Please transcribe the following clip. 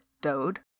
Dode